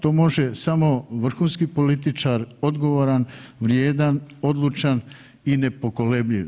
To može samo vrhunski političar, odgovoran, vrijedan, odlučan i nepokolebljiv.